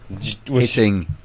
Hitting